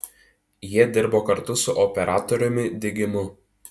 jie dirbo kartu su operatoriumi digimu